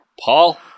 Paul